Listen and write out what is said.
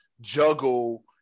juggle